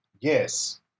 Yes